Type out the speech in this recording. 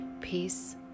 Peace